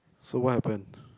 so what happened